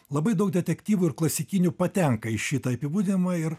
labai daug detektyvų ir klasikinių patenka į šitą apibūdinimą ir